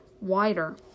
wider